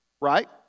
Right